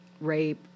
rape